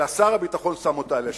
אלא שר הביטחון, שם אותה על השולחן.